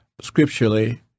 scripturally